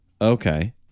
Okay